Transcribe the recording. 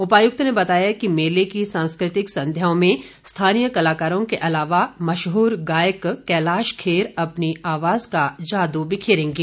उपायुक्त ने बताया कि मेले की सांस्कृतिक संध्याओं में स्थानीय कलाकारों के अलावा मशहर गायक कैलाश खेर अपनी आवाज का जादू बिखेरेंगे